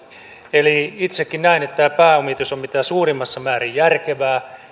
eli itsekin näen että tämä pääomitus on mitä suurimmassa määrin järkevää